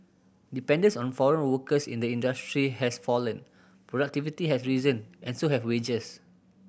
dependence on foreign workers in the industry has fallen productivity has risen and so have wages